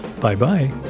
Bye-bye